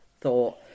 thought